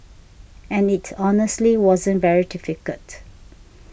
and it honestly wasn't very difficult